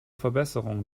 verbesserung